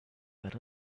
that